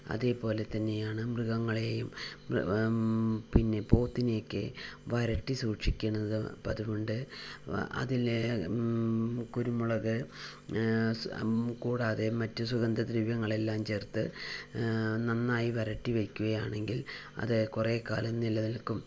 അതേപോലെ തന്നെയാണ് മൃഗങ്ങളെയും പിന്നെ പോത്തിനെയൊക്കെ വരട്ടി സൂക്ഷിക്കുന്നത് പതിവുണ്ട് അതില് കുരുമുളക് കൂടാതെ മറ്റു സുഗന്ധദ്രവ്യങ്ങൾ എല്ലാം ചേർത്ത് നന്നായി വരട്ടി വയ്ക്കുകയാണെങ്കിൽ അത് കുറേക്കാലം നിലനിൽക്കും